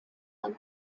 and